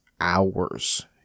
hours